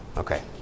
Okay